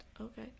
Okay